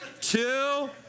two